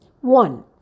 One